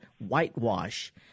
Whitewash